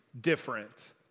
different